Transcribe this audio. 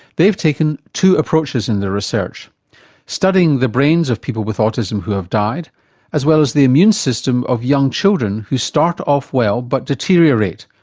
they've taken two approaches in their research studying the brains of with autism who have died as well as the immune system of young children who start off well but deteriorate,